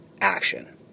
action